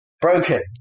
Broken